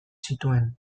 zituen